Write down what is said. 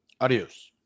adios